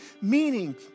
meaning